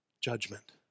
judgment